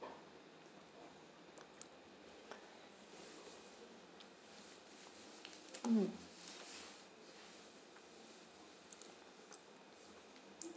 mmhmm